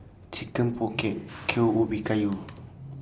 Chicken Pocket Kueh Ubi Kayu